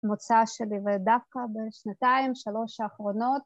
‫מוצא שלי ודווקא בשנתיים, ‫שלוש האחרונות.